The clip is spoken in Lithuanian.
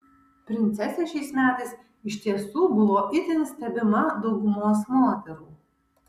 princesė šiais metais iš tiesų buvo itin stebima daugumos moterų